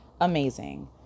amazing